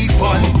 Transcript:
fun